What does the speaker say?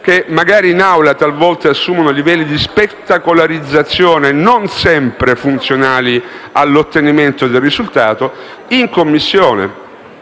che magari in Aula talvolta assumono livelli di spettacolarizzazione non sempre funzionali all'ottenimento del risultato, cosicché la Commissione